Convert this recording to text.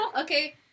Okay